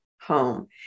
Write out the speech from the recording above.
home